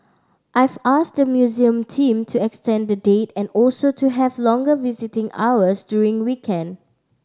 I've asked the museum team to extend the date and also to have longer visiting hours during weekend